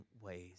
ways